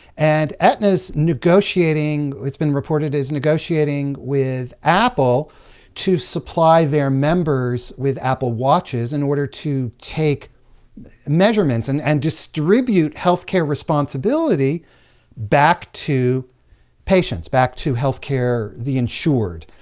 and, aetna's negotiating it's been reported is negotiating with apple to supply their members with apple watches, in order to take measurements and and distribute healthcare responsibility back to patients back to health care the insured.